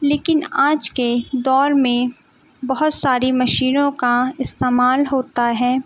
لیکن آج کے دور میں بہت ساری مشینوں کا استعمال ہوتا ہے